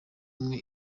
umwe